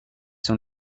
sont